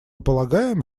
полагаем